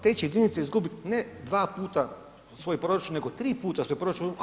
Te će jedinice izgubiti ne dva puta svoj proračun, nego 3 puta svoj proračun.